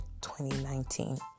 2019